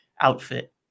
outfit